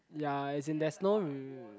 ya as in there's no